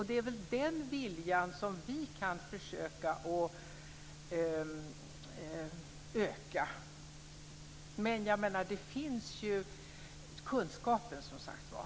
Det är väl den viljan som vi kan försöka öka. Men kunskapen finns som sagt var.